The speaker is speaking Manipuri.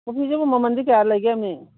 ꯀꯣꯐꯤꯁꯤꯕꯨ ꯃꯃꯟꯗꯤ ꯀꯌꯥ ꯂꯩꯒꯦꯃꯤ